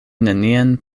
nenien